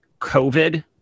COVID